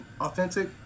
authentic